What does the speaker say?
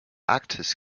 arktis